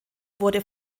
wurde